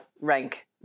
rank